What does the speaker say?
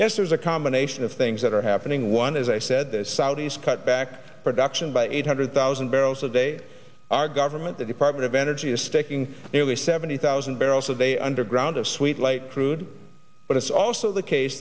yes there's a combination of things that are happening one as i said the saudis cut back production by eight hundred thousand barrels a day our government the department of energy is staking nearly seventy thousand barrels a day underground of sweet light crude but it's also the case